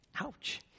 Ouch